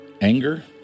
anger